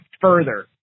further